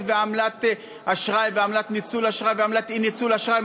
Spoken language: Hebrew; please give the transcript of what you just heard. ועמלת אשראי ועמלת ניצול אשראי ועמלת אי-ניצול אשראי,